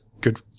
good